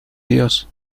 dios